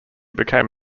became